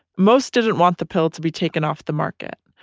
most didn't want the pill to be taken off the market,